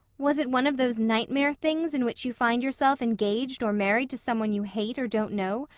was it one of those nightmare things in which you find yourself engaged or married to some one you hate or don't know,